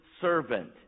servant